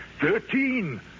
Thirteen